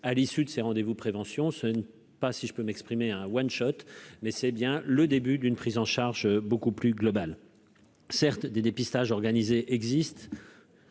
à l'issue de ces rendez-vous prévention ce n'pas si je peux m'exprimer un One shot mais c'est bien le début d'une prise en charge beaucoup plus globale, certes, des dépistages organisés existe.